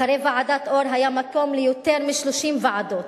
אחרי ועדת-אור היה מקום ליותר מ-30 ועדות,